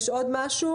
יש עוד משהו?